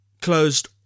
closed